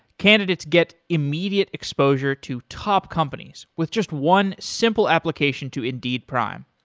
candidates get immediate exposure to top companies with just one simple application to indeed prime,